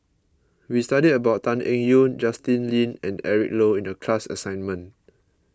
we studied about Tan Eng Yoon Justin Lean and Eric Low in the class assignment